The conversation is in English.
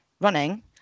running